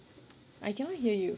I cannot hear you